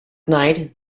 night